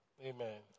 Amen